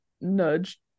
nudge